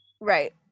Right